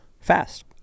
fast